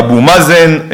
אבו מאזן,